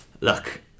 Look